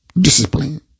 discipline